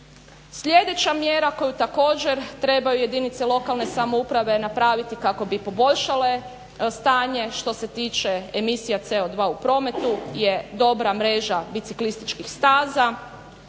Sljedeća mjera koju trebaju također jedinice lokalne samouprave napraviti kako bi poboljšale stanje što se tiče emisija CO2 u prometu je dobra mreža biciklističkih staza,